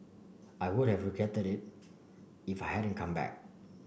I would have regretted it if hadn't come back